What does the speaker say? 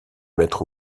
mettre